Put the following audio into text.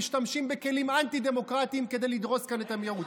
משתמשים בכלים אנטי-דמוקרטיים כדי לדרוס כאן את המיעוט.